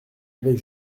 avait